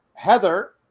Heather